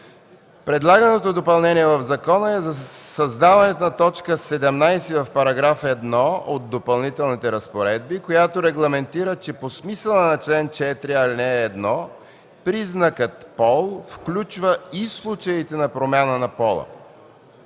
Предлаганото допълнение в закона е създаването на т. 17 в § 1 от Допълнителните разпоредби, която регламентира, че по смисъла на чл. 4, ал. 1 признакът „пол” включва и случаите на промяна на пола.